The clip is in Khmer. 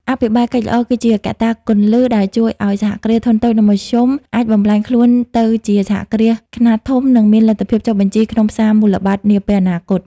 អភិបាលកិច្ចល្អគឺជាកត្តាគន្លឹះដែលជួយឱ្យ សហគ្រាសធុនតូច និងមធ្យម អាចបំប្លែងខ្លួនទៅជាសហគ្រាសខ្នាតធំ និងមានលទ្ធភាពចុះបញ្ជីក្នុងផ្សារមូលបត្រនាពេលអនាគត។